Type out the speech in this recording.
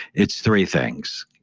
it's three things.